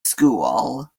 school